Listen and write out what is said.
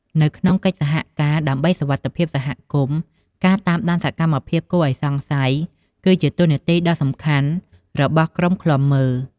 នៅក្នុងកិច្ចសហការដើម្បីសុវត្ថិភាពសហគមន៍ ការតាមដានសកម្មភាពគួរឱ្យសង្ស័យ គឺជាតួនាទីដ៏សំខាន់របស់ក្រុមឃ្លាំមើល។